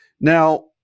Now